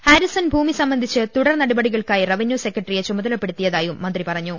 Harrison ഭൂമി സംബന്ധിച്ച് തുടർ നടപടികൾക്കായി റവന്യൂ സെക്രട്ട റിയെ ചുമതലപ്പെടുത്തിയതായും മന്ത്രി പറഞ്ഞു